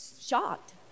shocked